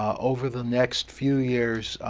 over the next few years,